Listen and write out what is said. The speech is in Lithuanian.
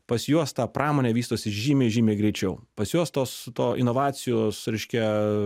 pas juos ta pramonė vystosi žymiai žymiai greičiau pas juos tos to inovacijos reiškia